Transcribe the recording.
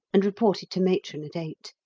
and reported to matron at eight.